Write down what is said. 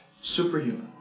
superhuman